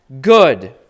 good